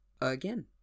Again